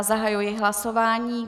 Zahajuji hlasování.